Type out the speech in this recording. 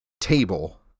table